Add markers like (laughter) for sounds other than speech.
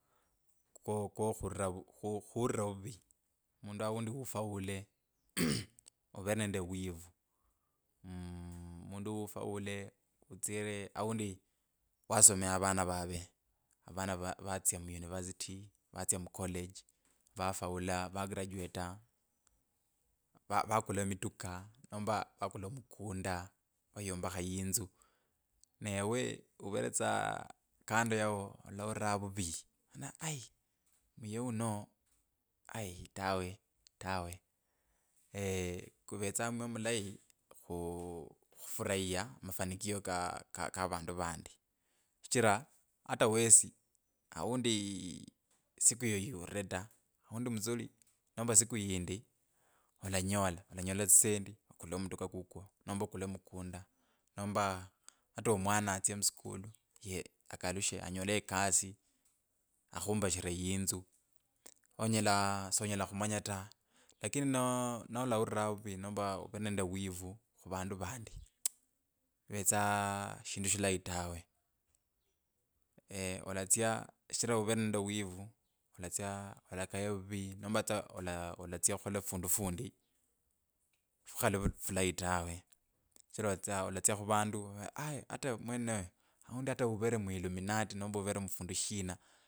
Kwo kwo khurira ovuvi mundu aundi afaule (noise) uvere nende wivu mm mundu ufaule vtsire aundi wasomya avana vare avana va vatsya muuniversity vatsya mucollege vafaula vagraduata va vakula emituka nomba vakula omukunda vayombakha yinzu nawe uvere tsa kando yao ulaulira vivi ori aiii niye uno aiii tawe tawe (hesitation) kutsa mwima mulayi khufurahia mafanikio ka ka kavandu vandi shichira ata wesi aundi siku yiyo yulire aundi mutsuli nomba siku yindi olanyola olanyola tsisendi okule amatuka kukho nomba okule mukunda nomba ata omwana atsya muskulu ye akalushe anyole ekasi akhumbashire yinzu onyela sonyela khumanya ta lakini no nolaulira vuri nomba uvere nende wivu khuvandu vandi tss ivetsa shindu shilayi tawe (hesitation) alatsya shichira uvere nende wivu alatsya olakaye vuri nomba tsa ola alatsaya okhole fundu fundi fukhali vu fulayi tawe shichira alatsya khuvandu ovale ori aii ata amwenoyo aundi ovete muilluminati nomba uvere mufundu shina.